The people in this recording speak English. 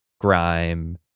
grime